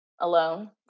alone